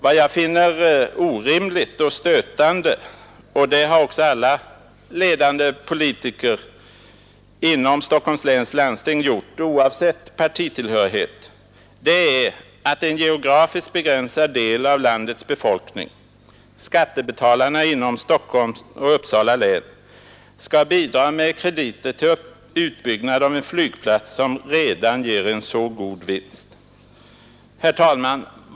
Vad jag finner orimligt och stötande — och det har också alla ledande politiker inom Stockholms läns landsting gjort, oavsett partitillhörighet — är att en geografiskt begränsad del av landets befolkning, nämligen skattebetalarna inom Stockholms och Uppsala län, skall bidra med krediter till utbyggnad av en flygplats som redan ger så god vinst.